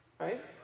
right